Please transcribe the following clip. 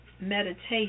meditation